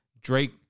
Drake